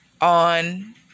on